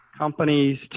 companies